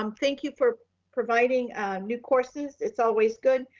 um thank you for providing new courses. it's always good.